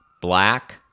Black